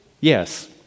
Yes